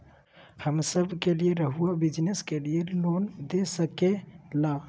हमने सब के लिए रहुआ बिजनेस के लिए लोन दे सके ला?